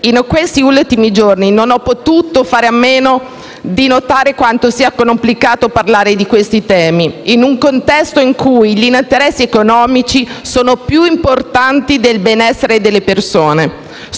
In questi ultimi giorni, non ho potuto fare a meno di notare quanto sia complicato parlare di questi temi, in un contesto in cui gli interessi economici sono più importanti del benessere delle persone.